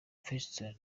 fiston